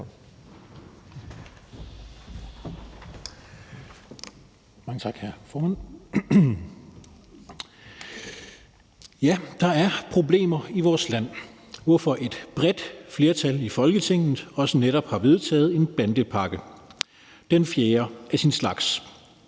Mange tak, hr. formand. Ja, der er problemer i vores land, hvorfor et bredt flertal i Folketinget også netop har vedtaget en bandepakke, den fjerde af sin slags.